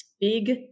big